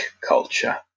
culture